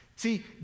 See